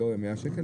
תיאוריה 100 שקל,